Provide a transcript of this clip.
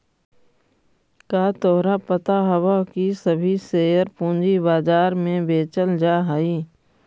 का तोहरा पता हवअ की सभी शेयर पूंजी बाजार में बेचल जा हई